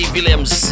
Williams